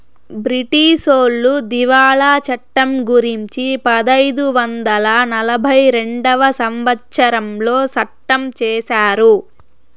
బ్రిటీసోళ్లు దివాళా చట్టం గురుంచి పదైదు వందల నలభై రెండవ సంవచ్చరంలో సట్టం చేశారు